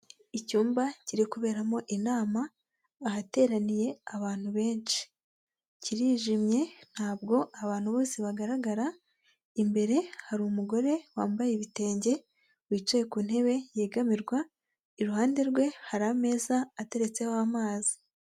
Icyumba kiri kuberamo inama ahateraniye abantu benshi, kirijimye ntabwo abantu bose bagaragara, imbere hari umugore wambaye ibitenge wicaye ku ntebe yegamirwa, iruhande rwe hari ameza ateretseho amazi.